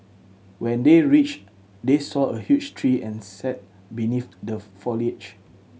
when they reached they saw a huge tree and sat beneath the foliage